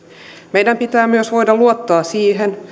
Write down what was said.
meidän pitää myös voida luottaa siihen